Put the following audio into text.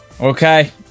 Okay